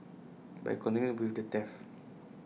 but he continued with the theft